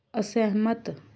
ਅਸਹਿਮਤ